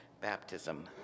baptism